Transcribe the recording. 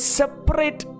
separate